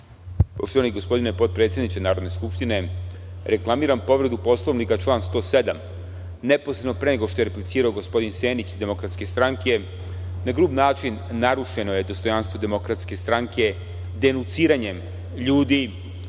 Poštovani gospodine predsedniče Narodne skupštine, reklamiram povredu Poslovnika - član 107. Neposredno pre nego što je replicirao gospodin Senić iz DS, na grub način narušeno je dostojanstvo DS, denuciranjem ljudi